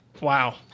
Wow